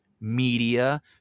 media